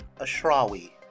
Ashrawi